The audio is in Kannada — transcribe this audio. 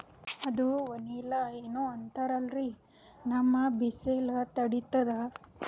ಅದು ವನಿಲಾ ಏನೋ ಅಂತಾರಲ್ರೀ, ನಮ್ ಬಿಸಿಲ ತಡೀತದಾ?